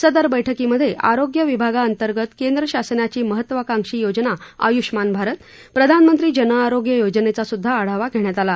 सदर बैठकीमध्ये आरोग्य विभागांतर्गत केंद्र शासनाची महत्वाकांक्षी योजना आयुष्यमान भारत प्रधानमंत्री जनआरोग्य योजनेचासुध्दा आढावा घेण्यात आला